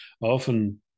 often